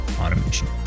automation